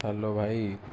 hello ଭାଇ